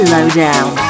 Lowdown